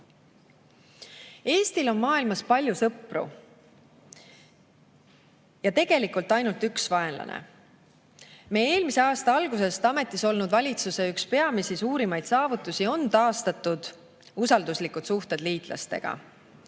on maailmas palju sõpru ja tegelikult ainult üks vaenlane. Meie eelmise aasta algusest ametis olnud valitsuse üks peamisi suuremaid saavutusi on taastatud usalduslikud suhted liitlastega.